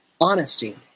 honesty